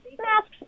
masks